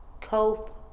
cope